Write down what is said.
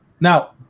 Now